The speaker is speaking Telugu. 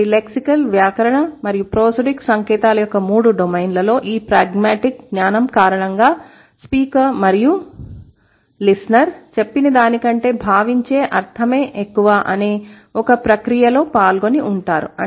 కాబట్టి లెక్సికల్ వ్యాకరణ మరియు ప్రోసోడిక్ సంకేతాల యొక్క మూడు డొమైన్లలో ఈ ప్రాగ్మాటిక్ జ్ఞానం కారణంగా స్పీకర్ మరియు లిసెనర్ చెప్పిన దాని కంటే భావించే అర్థమే ఎక్కువ అనే ఒక ప్రక్రియలో పాల్గొని ఉంటారు